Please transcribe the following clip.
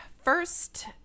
First